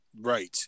Right